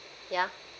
ya